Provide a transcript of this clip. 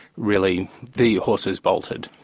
really the horse has bolted.